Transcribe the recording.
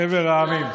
חבר העמים,